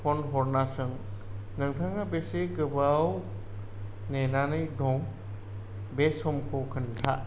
phone हरना सों नोंथाङा बेसे गोबाव नेनानै दं बे समखौ खोन्था